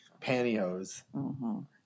pantyhose